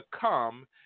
come